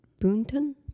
Boonton